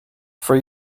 for